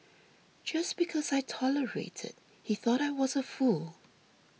just because I tolerated he thought I was a fool